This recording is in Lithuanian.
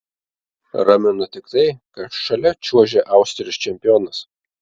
ramino tik tai kad šalia čiuožė austrijos čempionas